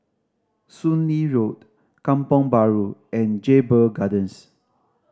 Soon Lee Road Kampong Bahru and Jedburgh Gardens